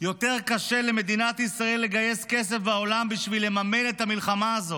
יותר קשה למדינת ישראל לגייס כסף בעולם בשביל לממן את המלחמה הזאת.